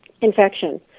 infection